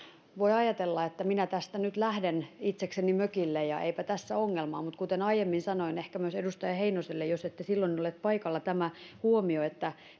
voi ajatella että minä tästä nyt lähden itsekseni mökille ja eipä tässä ongelmaa mutta kuten aiemmin sanoin ehkä myös edustaja heinoselle jos ette silloin ollut paikalla tämä huomio